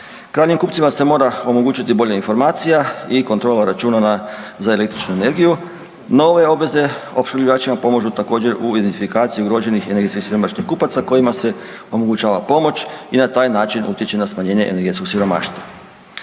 Krajnjim kupcima se mora omogućiti bolja informacija i kontrola računana za električnu energiju. Nove obveze opskrbljivačima pomažu također u identifikaciji ugroženih i energetski siromašnih kupaca kojima se omogućava pomoć i na taj način utječe na smanjenje energetskog siromaštva.